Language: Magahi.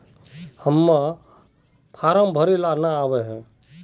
हम्मर फारम भरे ला न आबेहय?